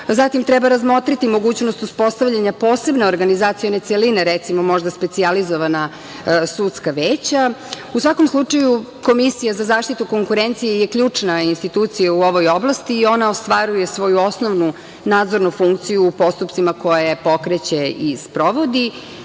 Zatim, treba razmotriti mogućnost uspostavljanja posebne organizacione celine, recimo, možda specijalizovana sudska veća.U svakom slučaju Komisija za zaštitu konkurencije je ključna institucija u ovoj oblasti i ona ostvaruje svoju osnovnu nadzornu funkciju u postupcima koje pokreće i sprovodi.